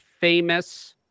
famous